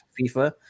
FIFA